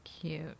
cute